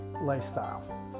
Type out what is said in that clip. lifestyle